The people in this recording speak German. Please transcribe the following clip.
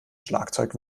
schlagzeug